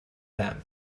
them